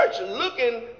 looking